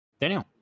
Daniel